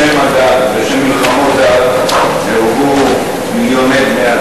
בשם הדת, בשם מלחמות דת, נהרגו מיליוני בני-אדם.